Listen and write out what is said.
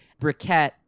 Briquette